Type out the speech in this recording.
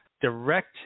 direct